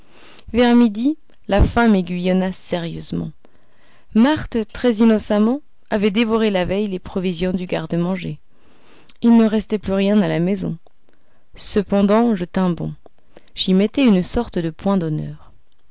vers midi la faim m'aiguillonna sérieusement marthe très innocemment avait dévoré la veille les provisions du garde-manger il ne restait plus rien à la maison cependant je tins bon j'y mettais une sorte de point d'honneur